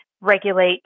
regulate